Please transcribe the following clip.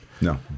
No